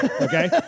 okay